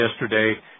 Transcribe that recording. yesterday